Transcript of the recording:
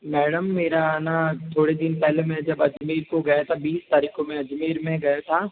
madam मेरा न थोड़े दिन पहले मैं जब अजमेर को गया था बीस तारीख को मैं अजमेर में गया था